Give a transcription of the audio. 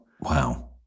Wow